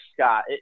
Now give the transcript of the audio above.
Scott